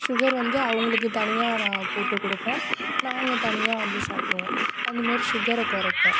sugar வந்து அவங்களுக்கு தனியாக நான் போட்டுக் கொடுப்போம் நாங்கள் தனியாக வந்து சாப்பிடுவோம் அந்தமாதிரி ஷுகரை குறைப்போம்